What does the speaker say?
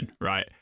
right